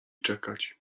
czekać